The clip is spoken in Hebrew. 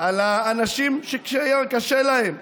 על אנשים שקשה להם.